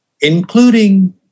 including